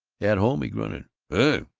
at home he grunted ah?